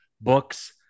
books